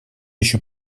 еще